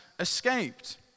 escaped